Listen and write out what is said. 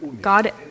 god